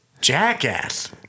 Jackass